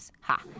Ha